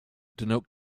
denote